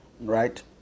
Right